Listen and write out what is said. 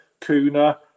Kuna